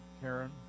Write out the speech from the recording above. Karen